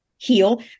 Heal